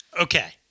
Okay